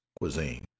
cuisine